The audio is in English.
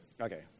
Okay